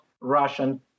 Russian